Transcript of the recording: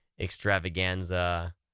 extravaganza